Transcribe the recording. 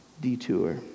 detour